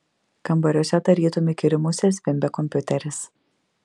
kambariuose tarytum įkyri musė zvimbė kompiuteris